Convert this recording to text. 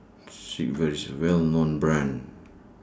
Sigvaris IS A Well known Brand